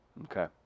Okay